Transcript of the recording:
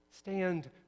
Stand